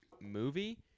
movie